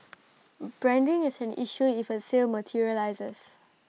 branding is an issue if A sale materialises